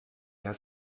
herr